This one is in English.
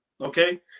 okay